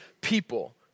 people